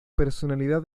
personalidad